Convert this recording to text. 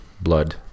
blood